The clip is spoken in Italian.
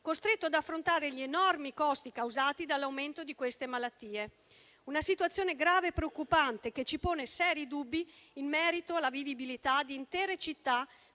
costretto ad affrontare gli enormi costi causati dall'aumento di queste malattie. È una situazione grave e preoccupante, che ci pone seri dubbi in merito alla vivibilità di intere città